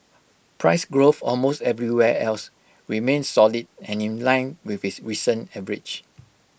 price growth almost everywhere else remained solid and in line with its recent average